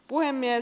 puhemies